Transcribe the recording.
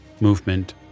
movement